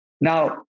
Now